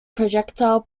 projectile